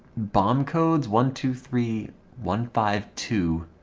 but um codes one two three one five two